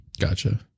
Gotcha